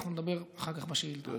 אנחנו נדבר אחר כך בשאילתה,